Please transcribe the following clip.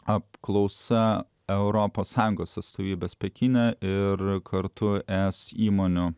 apklausa europos sąjungos atstovybės pekine ir kartu es įmonių